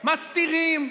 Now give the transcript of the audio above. מסתירים,